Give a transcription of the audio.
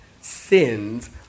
sins